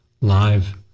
live